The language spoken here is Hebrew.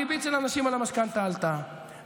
הריבית של אנשים על המשכנתה עלתה,